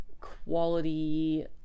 quality